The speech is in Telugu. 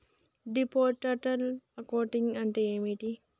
డిపార్ట్మెంటల్ అకౌంటింగ్ అంటే ఏమిటి?